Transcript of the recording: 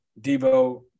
Devo